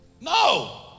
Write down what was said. No